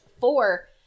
four